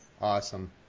awesome